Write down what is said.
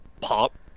pop